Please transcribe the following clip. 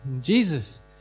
Jesus